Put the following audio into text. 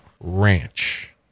Ranch